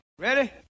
Ready